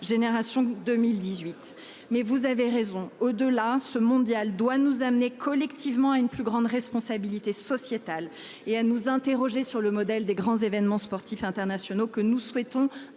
sénateur, vous avez raison : au-delà, ce Mondial doit nous amener collectivement à une plus grande responsabilité sociétale et à nous interroger sur le modèle des grands événements sportifs internationaux que nous souhaitons,